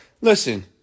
Listen